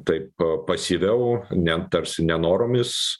taip pasyviau net tarsi nenoromis